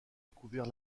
découvert